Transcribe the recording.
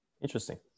Interesting